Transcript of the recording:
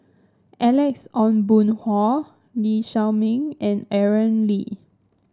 Alex Ong Boon Hau Lee Shao Meng and Aaron Lee